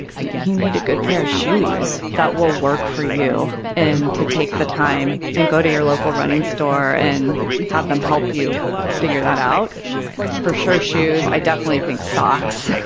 you need a good pair of shoes that will work for you and to take the time and go to your local running store and have them help you figure that out for sure. shoes. i definitely think socks.